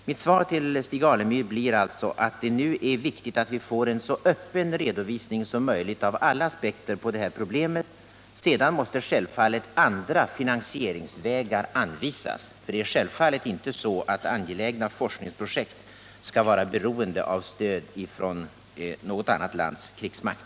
Mitt svar till Stig Alemyr blir alltså att det nu är viktigt att vi får en så öppen redovisning som möjligt av alla aspekter på problemet. Sedan måste självfallet andra finansieringsvägar anvisas. Angelägna forskningsprojekt skall naturligtvis inte vara beroende av stöd från något annat lands krigsmakt.